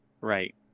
Right